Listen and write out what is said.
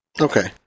Okay